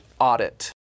audit